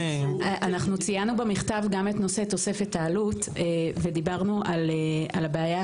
ציינו במכתב גם את נושא תוספת העלות ודיברנו על כך